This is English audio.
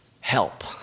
help